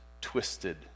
twisted